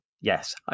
yes